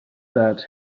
that